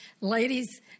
ladies